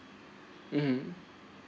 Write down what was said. (uh huh)